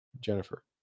Jennifer